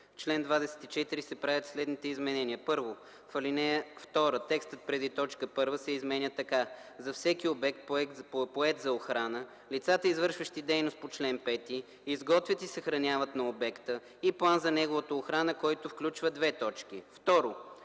чл. 24 се правят следните изменения: 1. В ал. 2 текстът преди т. 1 се изменя така: „За всеки обект, поет за охрана, лицата, извършващи дейност по чл. 5, изготвят и съхраняват на обекта и план за неговата охрана, който включва:”. 2. Алинея